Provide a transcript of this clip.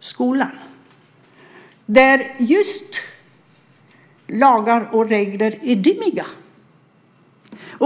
skolan, där just lagar och regler är dimmiga.